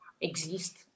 exist